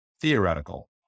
Theoretical